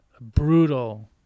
brutal